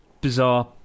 Bizarre